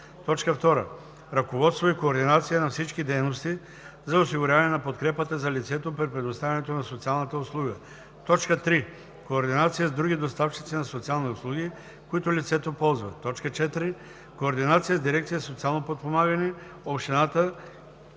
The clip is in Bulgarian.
2. ръководство и координация на всички дейности за осигуряване на подкрепата за лицето при предоставянето на социалната услуга; 3. координация с други доставчици на социални услуги, които лицето ползва; 4. координация с дирекция „Социално подпомагане“, общината